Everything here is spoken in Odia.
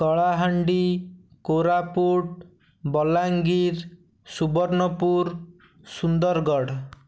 କଳାହାଣ୍ଡି କୋରାପୁଟ ବଲାଙ୍ଗୀର ସୁବର୍ଣ୍ଣପୁର ସୁନ୍ଦରଗଡ଼